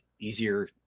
easier